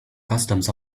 customs